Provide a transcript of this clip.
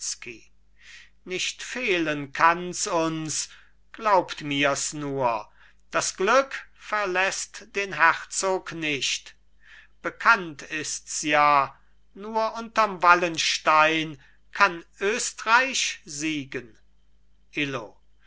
nicht fehlen kanns uns glaubt mirs nur das glück verläßt den herzog nicht bekannt ists ja nur unterm wallenstein kann östreich siegen illo